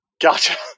Gotcha